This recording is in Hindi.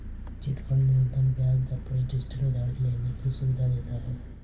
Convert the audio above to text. चिटफंड न्यूनतम ब्याज दर पर डिजिटल उधार लेने की सुविधा देता है